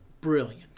brilliant